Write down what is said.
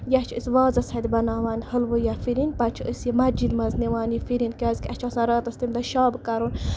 یا چھِ أسۍ وازَس اَتھِ بَناوان حٔلوٕ یا فِرِنۍ پَتہٕ چھِ أسۍ یہِ مَسجد منٛز نِوان یہِ فِرِنۍ کیازِ کہِ اَسہِ چھُ آسان راتَس تَمہِ دۄہ شَب کَرُن